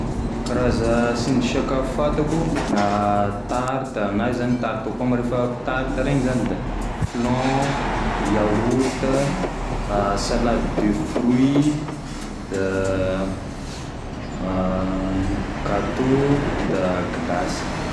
Karaza sindrisakafo fantako: tarta na io zany tarte au pomme refa tarte reny zany, da flan, yaourta, salade de fruits da ino, gateau da glasy.